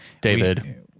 David